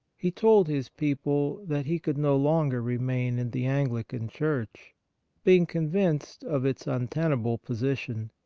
he told his people that he could no longer remain in the anglican church being convinced of its untenable position.